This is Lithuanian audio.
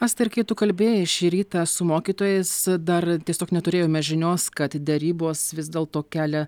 asta ir kai tu kalbėjai šį rytą su mokytojais dar tiesiog neturėjome žinios kad derybos vis dėlto kelia